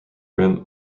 rim